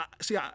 see